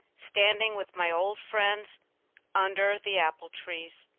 standing with my old friends under the apple-trees.